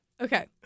Okay